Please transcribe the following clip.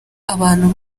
abantu